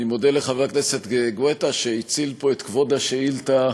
אני מודה לחבר הכנסת גואטה שהציל פה את כבוד השאילתה,